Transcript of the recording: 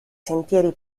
sentieri